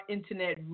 Internet